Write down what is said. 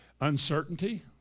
uncertainty